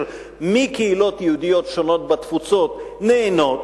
מקהילות יהודיות שונות בתפוצות נענות,